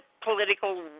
political